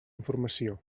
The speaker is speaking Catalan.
informació